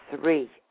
three